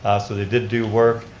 ah so they did do work,